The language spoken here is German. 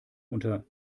unter